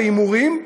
הימורים,